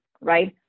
right